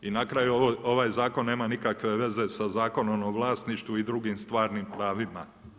I na kraju ovaj zakon nema nikakve veze sa Zakonom o vlasništvu i drugim stvarnim pravima.